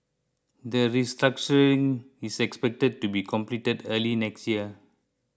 the restructuring is expected to be completed early next year